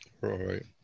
Right